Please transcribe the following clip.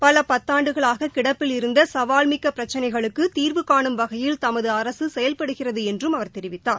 பல பத்தாண்டுகளாக கிடப்பில் இருந்த சவால் மிக்க பிரச்சினைகளுக்கு தீர்வுகானும் வகையில் தமது அரசு செயல்படுகிறது என்றும் அவர் தெரிவித்தார்